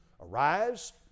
Arise